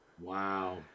Wow